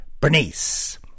Bernice